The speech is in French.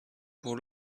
pour